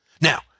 Now